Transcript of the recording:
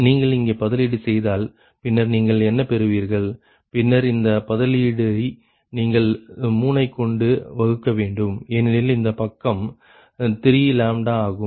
நீங்கள் இங்கே பதிலீடு செய்தால் பின்னர் நீங்கள் என்ன பெறுவீர்கள் பின்னர் இந்த பதிலீடை நீங்கள் 3 ஐக்கொண்டு வகுக்க வேண்டும் ஏனெனில் இந்த பக்கம் 3 ஆகும்